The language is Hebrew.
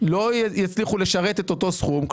לא יצליחו לשרת אותו סכום,